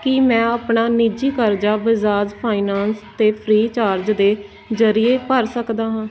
ਕੀ ਮੈਂ ਆਪਣਾ ਨਿੱਜੀ ਕਰਜਾ ਬਜਾਜ ਫਾਈਨਾਂਸ ਅਤੇ ਫ੍ਰੀਚਾਰਜ ਦੇ ਜਰੀਏ ਭਰ ਸਕਦਾ ਹਾਂ